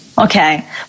Okay